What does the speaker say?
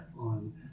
on